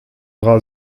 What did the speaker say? dra